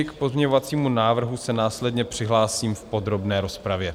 K pozměňovacímu návrhu se následně přihlásím v podrobné rozpravě.